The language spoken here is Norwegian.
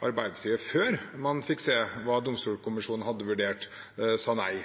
Arbeiderpartiet, før man fikk se hva